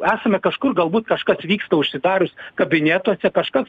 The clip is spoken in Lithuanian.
esame kažkur galbūt kažkas vyksta užsidarius kabinetuose kažkas